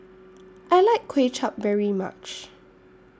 I like Kuay Chap very much